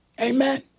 Amen